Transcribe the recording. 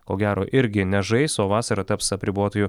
ko gero irgi nežais o vasarą taps apribotuoju